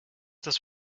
das